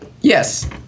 yes